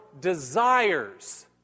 desires